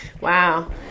Wow